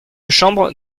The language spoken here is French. chambre